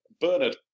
Bernard